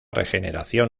regeneración